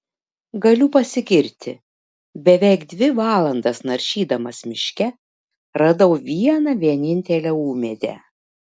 galiu pasigirti beveik dvi valandas naršydamas miške radau vieną vienintelę ūmėdę